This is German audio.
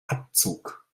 abzug